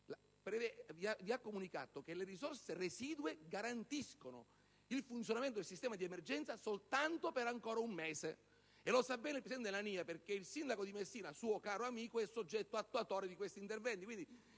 la Regione vi ha comunicato che le risorse residue garantiscono il funzionamento del sistema di emergenza soltanto per un altro mese. Lo sa bene il presidente Nania perché il sindaco di Messina, suo caro amico, è soggetto attuatore di questi interventi.